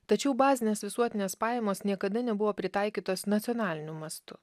tačiau bazinės visuotinės pajamos niekada nebuvo pritaikytos nacionaliniu mastu